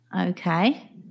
okay